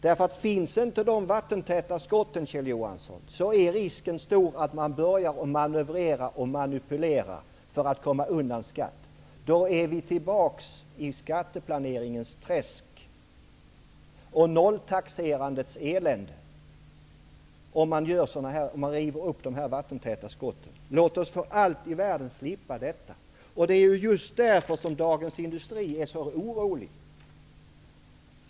Om det inte finns vattentäta skott, är risken stor för att man börjar manövrera och manipulera för att komma undan skatt. Då är vi tillbaka i skatteplaneringens träsk och nolltaxerandets elände. Låt oss för allt i världen slippa detta! Det är just därför som man är så orolig på Dagens industri.